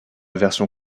version